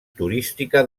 turística